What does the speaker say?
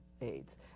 Aids